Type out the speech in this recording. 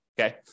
Okay